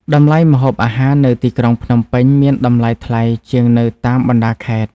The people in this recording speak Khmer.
តម្លៃម្ហូបអាហារនៅទីក្រុងភ្នំពេញមានតម្លៃថ្លៃជាងនៅតាមបណ្តាខេត្ត។